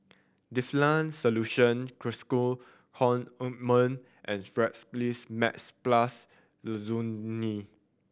Difflam Solution Cocois Co Ointment and Strepsils Max Plus Lozenge